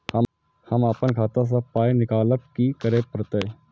हम आपन खाता स पाय निकालब की करे परतै?